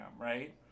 right